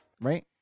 Right